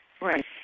Right